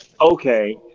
Okay